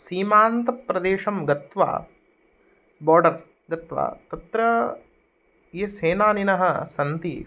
सीमान्तप्रदेशं गत्वा बोर्डर् गत्वा तत्र ये सेनानिनः सन्ति